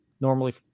normally